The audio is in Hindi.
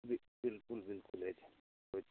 जी बिल्कुल बिल्कुल है जी कोई दिक्कत